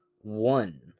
one